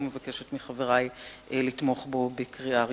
ומבקשת מחברי לתמוך בו בקריאה ראשונה.